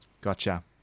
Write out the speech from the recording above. gotcha